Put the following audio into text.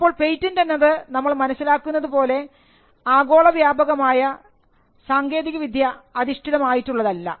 അപ്പോൾ പേറ്റന്റ് എന്നത് നമ്മൾ മനസ്സിലാക്കുന്നത് പോലെ പോലെ ആഗോളമായി സാങ്കേതികവിദ്യ അധിഷ്ഠിതമായിട്ടുഉള്ളതല്ല